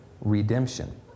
redemption